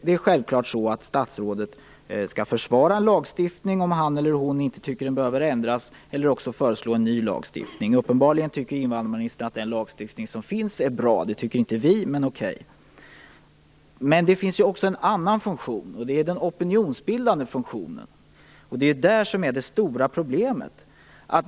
Det är självklart att statsrådet skall försvara en lagstiftning om han eller hon inte tycker att den behöver ändras, eller också skall han eller hon föreslå en ny lagstiftning. Uppenbarligen tycker invandrarministern att den lagstiftning som finns är bra. Det tycker inte vi, men okej. Men det finns ju också en annan funktion, nämligen den opinionsbildande. Det är där vi har det stora problemet.